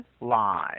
live